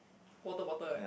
water bottle right